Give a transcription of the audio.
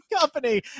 company